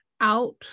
out